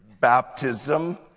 baptism